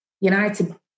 United